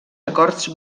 acords